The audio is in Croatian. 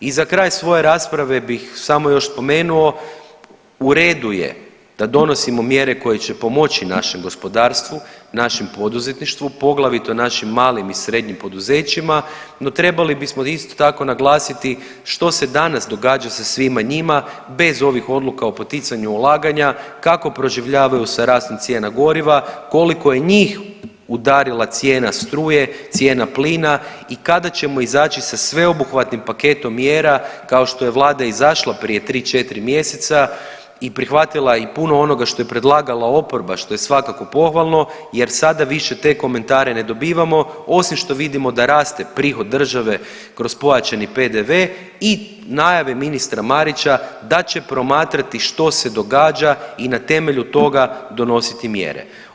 I za kraj svoje rasprave bih samo još spomenuo, u redu je da donosimo mjere koje će pomoći našem gospodarstvu, našem poduzetništvu, poglavito našim malim i srednjim poduzećima no trebali bismo isto tako naglasiti što se danas događa sa svima njima bez ovih odluka o poticanju ulaganja, kako proživljavaju sa rastom cijena goriva, koliko je njih udarila cijena struje, cijena plina i kada ćemo izaći sa sveobuhvatnim paketom mjera kao što je vlada izašla prije 3-4 mjeseca i prihvatila i puno onoga što je predlagala oporba što je svakako pohvalno jer sada više te komentare ne dobivamo osim što vidimo da raste prihod države kroz pojačani PDV i najave ministra Marića da će promatrati što se događa i na temelju toga donositi mjere.